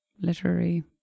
Literary